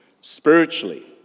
spiritually